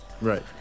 Right